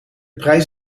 prijs